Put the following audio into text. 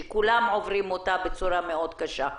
שכולם עוברים אותה בצורה מאוד קשה,